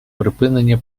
припинення